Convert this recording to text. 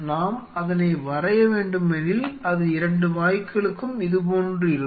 நாம் அதனை வரைய வேண்டுமெனில் அது இரண்டு வாயுக்களுக்கும் இதுபோன்று இருக்கும்